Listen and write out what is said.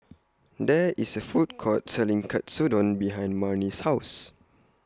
There IS A Food Court Selling Katsudon behind Marni's House